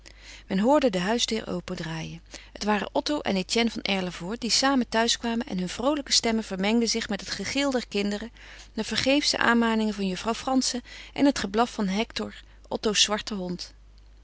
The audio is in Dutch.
men hoorde de huisdeur opendraaien het waren otto en etienne van erlevoort die samen thuiskwamen en hun vroolijke stemmen vermengden zich met het gegil der kinderen de vergeefsche aanmaningen van juffrouw frantzen en het geblaf van hector otto's zwarten hond